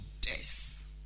death